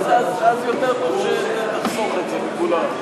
אז יותר טוב שתחסוך את זה מכולם.